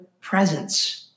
presence